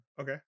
Okay